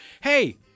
Hey